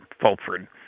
Fulford